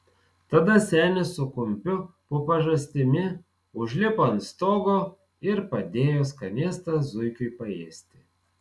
tada senis su kumpiu po pažastimi užlipo ant stogo ir padėjo skanėstą zuikiui paėsti